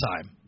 time